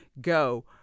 go